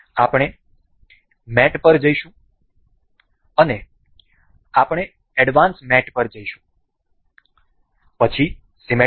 આપણે મેટ પર જઈશું અને આપણે એડવાન્સ મેટ પર જઈશું પછી સીમેટ્રિક